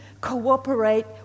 cooperate